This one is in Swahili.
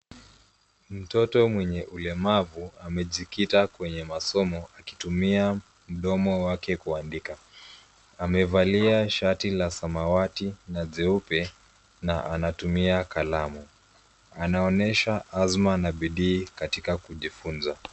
Mtoto mwenye ulemavu amejikita kwenye masomo akitumia mdomo wake kuandika. Amevalia shati la samawati na jeupe na anatumia kalamu. Anaonyesha azma na bidii katika kujifunza.